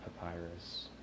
papyrus